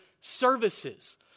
services